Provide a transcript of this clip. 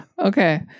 Okay